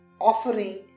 offering